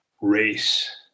race